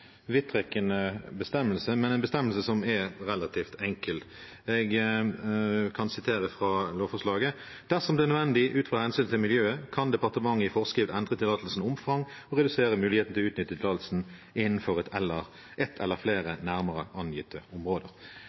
vidtrekkende bestemmelse, men det er en bestemmelse som er relativt enkel. Jeg kan sitere fra lovforslaget: «Dersom det er nødvendig ut fra hensynet til miljøet, kan departementet i forskrift endre tillatelsers omfang og redusere muligheten til å utnytte tillatelser innenfor ett eller flere nærmere angitte områder.»